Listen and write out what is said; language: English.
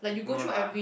no lah